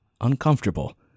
uncomfortable